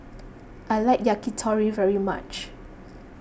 I like Yakitori very much